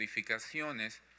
modificaciones